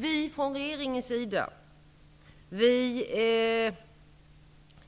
Vi från regeringens sida är